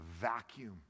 vacuum